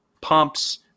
pumps